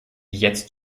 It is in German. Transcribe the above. jetzt